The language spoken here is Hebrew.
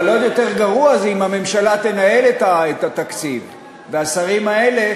אבל עוד יותר גרוע זה אם הממשלה תנהל את התקציב והשרים האלה